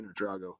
Drago